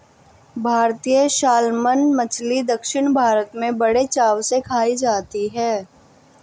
भारतीय सालमन मछली दक्षिण भारत में बड़े चाव से खाई जाती है